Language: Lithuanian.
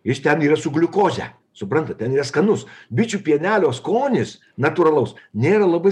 jis ten yra su gliukoze suprantat ten yra skanus bičių pienelio skonis natūralaus nėra labai